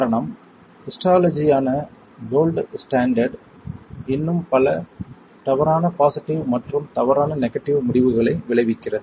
காரணம் ஹிஸ்டாலஜியான gold standard இன்னும் பல தவறான பாசிட்டிவ் மற்றும் தவறான நெகட்டிவ் முடிவுகளை விளைவிக்கிறது